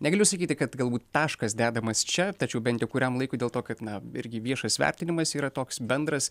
negaliu sakyti kad galbūt taškas dedamas čia tačiau bent jau kuriam laikui dėl to kad na irgi viešas vertinimas yra toks bendras